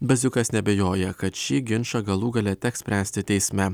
baziukas neabejoja kad šį ginčą galų gale teks spręsti teisme